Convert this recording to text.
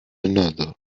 another